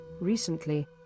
Recently